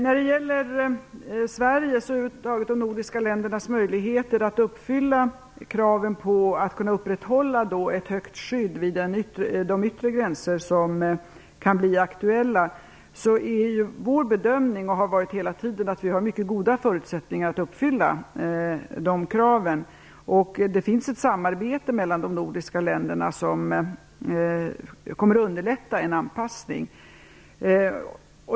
Fru talman! Vår bedömning är att vi har mycket goda förutsättningar att uppfylla kraven på Sverige och de nordiska länderna att upprätthålla ett högt skydd vid de yttre gränser som kan bli aktuella. Det finns ett samarbete mellan de nordiska länderna som kommer att underlätta en anpassning.